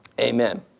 Amen